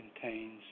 contains